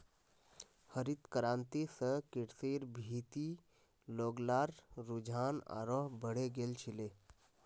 हरित क्रांति स कृषिर भीति लोग्लार रुझान आरोह बढ़े गेल छिले